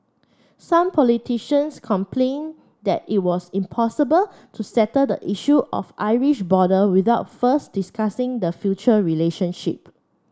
some politicians complained that it was impossible to settle the issue of Irish border without first discussing the future relationship